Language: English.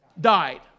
died